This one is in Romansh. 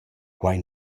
quai